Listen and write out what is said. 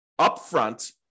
upfront